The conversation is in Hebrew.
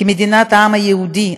כמדינת העם היהודי,